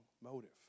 motive